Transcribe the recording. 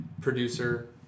producer